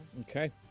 Okay